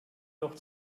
noch